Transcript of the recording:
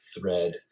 thread